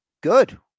Good